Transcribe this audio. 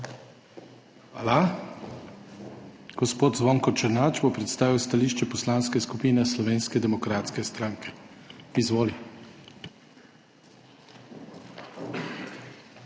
Hvala. Gospod Zvonko Černač bo predstavil stališče Poslanske skupine Slovenske demokratske stranke. Izvoli.